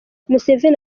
museveni